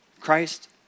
Christ